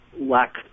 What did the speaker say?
lack